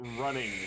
running